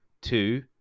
two